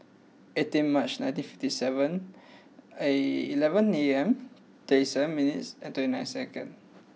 eighteen March nineteen fifty seven eleven A M thirty seven minutes and twenty nine second